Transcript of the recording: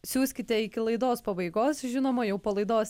siųskite iki laidos pabaigos žinoma jau po laidos